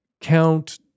count